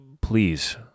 please